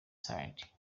side